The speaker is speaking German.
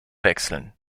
wechseln